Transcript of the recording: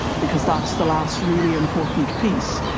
because that's the last really important piece,